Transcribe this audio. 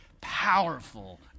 powerful